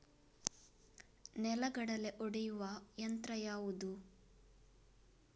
ನೆಲಗಡಲೆ ಒಡೆಯುವ ಯಂತ್ರ ಯಾವುದು?